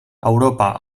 europa